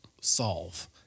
solve